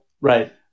Right